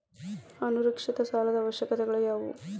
ಅಸುರಕ್ಷಿತ ಸಾಲದ ಅವಶ್ಯಕತೆಗಳ ಯಾವು